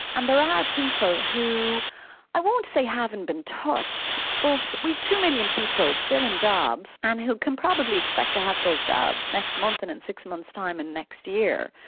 and there are people who i won't say haven't been touched but with two million people still in jobs and who can probably expect to have those jobs next month and in six months' time and next year,